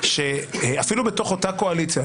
אפילו בתוך אותה קואליציה,